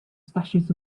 splashes